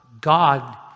God